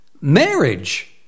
marriage